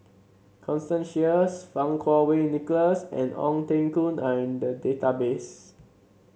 Constance Sheares Fang Kuo Wei Nicholas and Ong Teng Koon are in the database